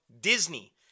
Disney